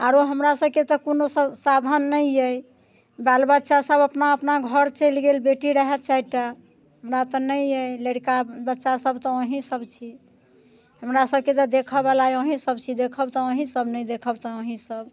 आरो हमरासभके तऽ कोनो स साधन नहि अइ बाल बच्चासभ अपना अपना घर चलि गेल बेटी रहए चारि टा हमरा तऽ नहि अइ लड़िका बच्चासभ तऽ अहीँसभ छी हमरासभके तऽ देखयवला तऽ अहीँसभ छी देखब तऽ अहीँसभ ने देखब तऽ अहीँसभ